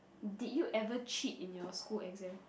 did you ever cheat in your school exam